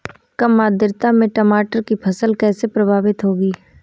कम आर्द्रता में टमाटर की फसल कैसे प्रभावित होगी?